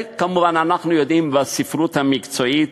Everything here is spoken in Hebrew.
וכמובן, אנחנו יודעים בספרות המקצועית,